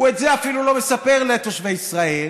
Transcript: הוא אפילו לא מספר את זה לתושבי ישראל,